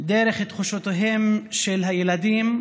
דרך תחושותיהם של הילדים,